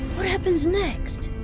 what happens next?